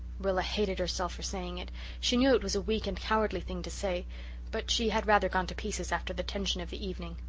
rilla hated herself for saying it she knew it was a weak and cowardly thing to say but she had rather gone to pieces after the tension of the evening.